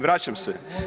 Vraćam se.